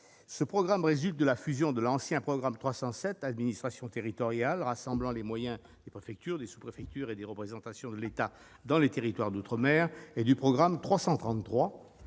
Ce programme résulte de la fusion de l'ancien programme 307, « Administration territoriale », qui rassemblait les moyens des préfectures, des sous-préfectures et des représentations de l'État dans les territoires d'outre-mer, et du programme 333,